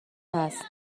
هست